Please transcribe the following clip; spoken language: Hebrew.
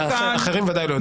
אחרים ודאי לא יודעים.